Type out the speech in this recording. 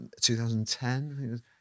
2010